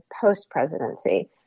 post-presidency